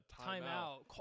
timeout